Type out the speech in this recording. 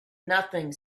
nothing